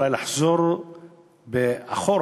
אולי לחזור אחורה,